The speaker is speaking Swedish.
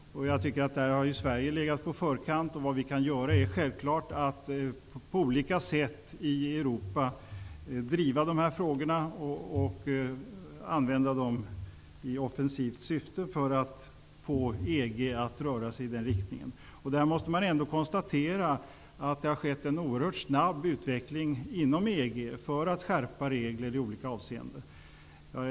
Jag tycker att där har Sverige legat på förkant. Vad vi kan göra är självklart att på olika sätt i Europa driva de här frågorna och använda dem i offensivt syfte för att få EG att röra sig i den önskvärda riktningen. Man måste ändå konstatera att det har skett en oerhört snabb utveckling inom EG för att skärpa regler i olika avseenden.